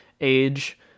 age